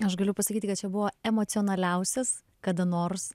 aš galiu pasakyti kad čia buvo emocionaliausias kada nors